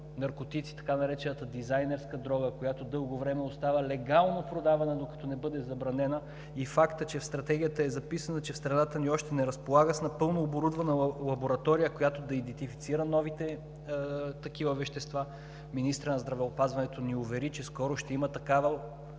наркотици, така наречената дизайнерска дрога, която дълго време остава легално продавана, докато не бъде забранена и фактът, че в Стратегията е записано, че страната ни още не разполага с напълно оборудвана лаборатория, която да идентифицира новите такива вещества. Министърът на здравеопазването ни увери, че скоро ще има такава.